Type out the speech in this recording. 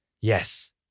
Yes